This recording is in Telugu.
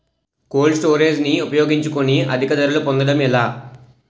కోల్డ్ స్టోరేజ్ ని ఉపయోగించుకొని అధిక ధరలు పొందడం ఎలా?